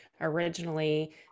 Originally